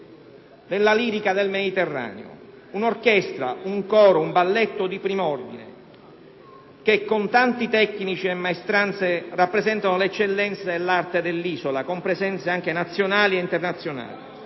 della lirica nel Mediterraneo, un'orchestra, un coro, un balletto di prim'ordine che, con tanti tecnici e maestranze, rappresentano l'eccellenza nell'arte dell'isola, con presenze nazionali ed internazionali.